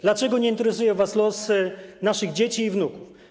Dlaczego nie interesuje was los naszych dzieci i wnuków?